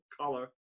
color